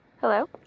Hello